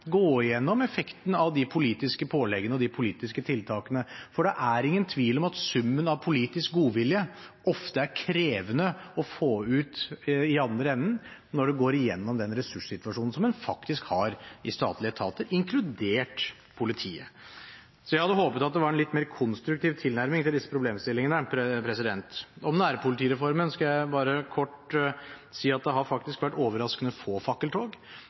gå gjennom effekten av de politiske påleggene og de politiske tiltakene. For det er ingen tvil om at summen av politisk godvilje ofte er krevende å få ut i andre enden når det går gjennom den ressurssituasjonen en faktisk har i statlige etater, inkludert politiet. Så jeg hadde håpet at det var en litt mer konstruktiv tilnærming til disse problemstillingene. Om nærpolitireformen skal jeg bare kort si at det faktisk har vært overraskende få fakkeltog.